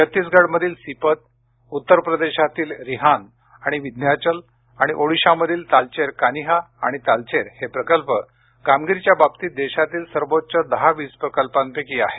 छत्तीसगढमधील सिपत उत्तर प्रदेशातील रिहांद आणि विंध्याचल आणि ओडीशामधील तालचेर कानीहा आणि तालचेर हे प्रकल्प कामगिरीच्या बाबतीत देशातील सर्वोच्च दहा वीज प्रकल्पांपैकी आहेत